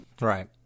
Right